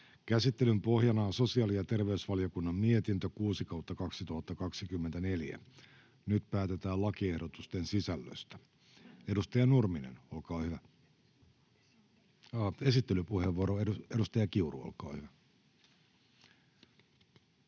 Käsittelyn pohjana on sosiaali- ja terveysvaliokunnan mietintö StVM 6/2024 vp. Nyt päätetään lakiehdotusten sisällöstä. — Esittelypuheenvuoro, edustaja Kiuru, olkaa hyvä.